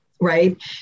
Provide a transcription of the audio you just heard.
Right